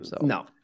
No